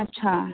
अच्छा